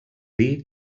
dir